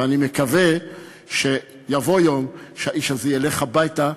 ואני מקווה שיבוא יום שהאיש הזה ילך הביתה,